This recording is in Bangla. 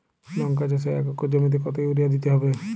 লংকা চাষে এক একর জমিতে কতো ইউরিয়া দিতে হবে?